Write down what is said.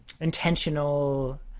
intentional